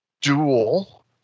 Dual